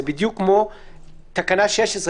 זה בדיוק כמו תקנה 16,